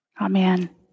amen